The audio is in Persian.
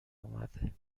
اومده